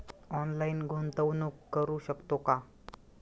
Online गुंतवणूक करू शकतो का?